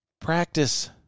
practice